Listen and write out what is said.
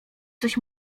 coś